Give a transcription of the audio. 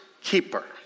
keeper